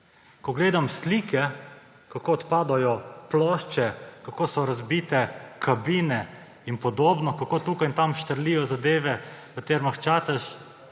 Ko gledam slike, kako odpadajo plošče, kako so razbite kabine in podobno, kako tukaj in tam štrlijo zadeve, v Termah Čatež;